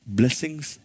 blessings